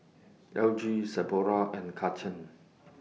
L G Sephora and Karcher